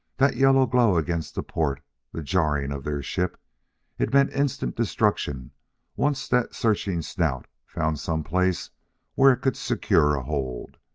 that yellow glow against the port the jarring of their ship it meant instant destruction once that searching snout found some place where it could secure a hold.